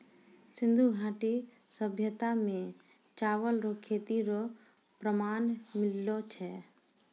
सिन्धु घाटी सभ्यता मे चावल रो खेती रो प्रमाण मिललो छै